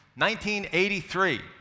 1983